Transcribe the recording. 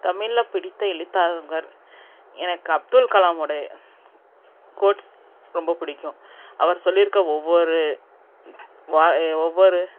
தமிழில் பிடித்த எழுத்தாளர்கள் எனக்கு அப்துல்கலாமுடைய கோட்ஸ் ரொம்ப பிடிக்கும் அவர் சொல்லியிருக்க ஒவ்வொரு வா ஒவ்வொரு